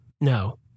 No